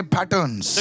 patterns